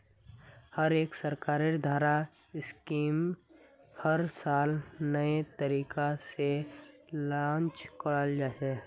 हर एक सरकारेर द्वारा स्कीमक हर साल नये तरीका से लान्च कराल जा छे